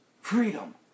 Freedom